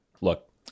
look